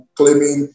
claiming